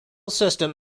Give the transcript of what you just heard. system